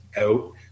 out